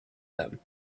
them